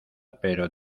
pero